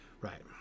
right